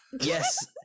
Yes